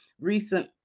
recent